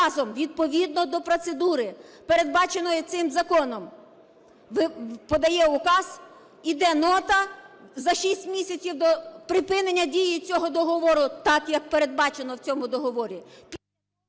відповідно до процедури, передбаченої цим законом, подає указ. Іде нота за шість місяців до припинення дії цього договору так, як передбачено в цьому договорі…